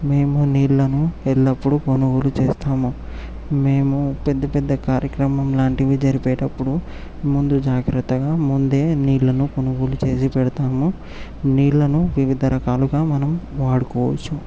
మేము నీళ్లను ఎల్లప్పుడూ కొనుగోలు చేస్తాము మేము పెద్ద పెద్ద కార్యక్రమం లాంటివి జరిపేటప్పుడు ముందు జాగ్రత్తగా ముందే నీళ్లను కొనుగోలు చేసి పెడతాము నీళ్లను వివిధ రకాలుగా మనం వాడుకోవచ్చు